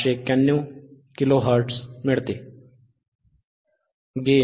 591 kilohertz 1